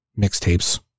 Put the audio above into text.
mixtapes